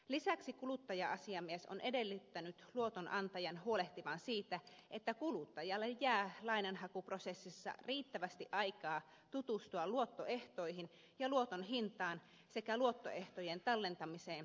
lisäksi kuluttaja asiamies on edellyttänyt luotonantajan huolehtivan siitä että kuluttajalle jää lainanhakuprosessissa riittävästi aikaa tutustua luottoehtoihin ja luoton hintaan sekä luottoehtojen tallentamiseen tai tulostamiseen